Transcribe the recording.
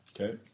Okay